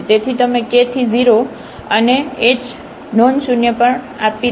તેથી તમે k થી 0 અને h નોન શૂન્ય પર આપી રહ્યા છો